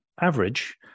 average